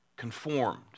conformed